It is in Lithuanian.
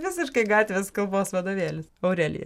visiškai gatvės kalbos vadovėlis aurelija